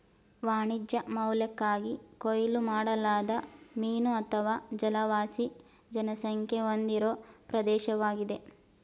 ವಾಣಿಜ್ಯ ಮೌಲ್ಯಕ್ಕಾಗಿ ಕೊಯ್ಲು ಮಾಡಲಾದ ಮೀನು ಅಥವಾ ಜಲವಾಸಿ ಜನಸಂಖ್ಯೆ ಹೊಂದಿರೋ ಪ್ರದೇಶ್ವಾಗಿದೆ